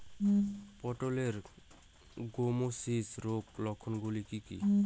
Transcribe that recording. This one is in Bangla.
পটলের গ্যামোসিস রোগের লক্ষণগুলি কী কী?